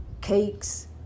cakes